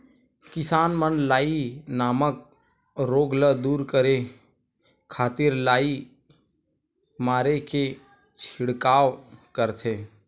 किसान मन लाई नामक रोग ल दूर करे खातिर लाई मारे के छिड़काव करथे